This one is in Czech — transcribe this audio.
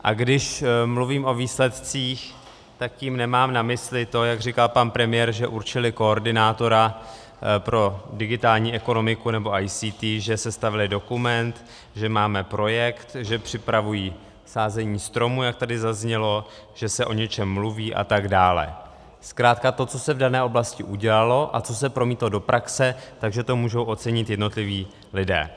A když mluvím o výsledcích, tak tím nemám na mysli to, jak říká pan premiér, že určili koordinátora pro digitální ekonomiku nebo ICT, že sestavili dokument, že máme projekt, že připravují sázení stromů, jak tady zaznělo, že se o něčem mluví atd., zkrátka to, co se v dané oblasti udělalo a co se promítlo do praxe, takže to můžou ocenit jednotliví lidé.